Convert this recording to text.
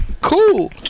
cool